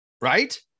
right